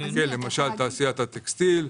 כמו הטקסטיל.